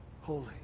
holy